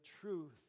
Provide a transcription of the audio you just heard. truth